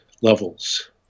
levels